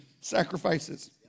sacrifices